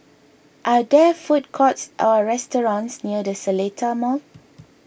are there food courts or restaurants near the Seletar Mall